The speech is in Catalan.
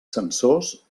sensors